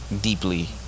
deeply